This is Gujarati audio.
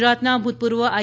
ડી ગુજરાતના ભૂતપૂર્વ આઈ